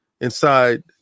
inside